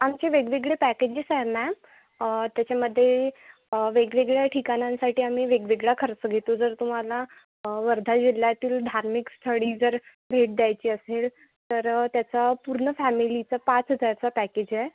आमचे वेगवेगळे पॅकेजेस आहे मॅम त्याच्यामध्ये वेगवेगळ्या ठिकाणांसाठी आम्ही वेगवेगळा खर्च घेतो जर तुम्हाला वर्धा जिल्ह्यातील धार्मिक स्थळी जर भेट द्यायची असेल तर त्याचा पूर्ण फॅमिलीचा पाच हजारचा पॅकेज आहे